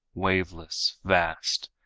waveless, vast,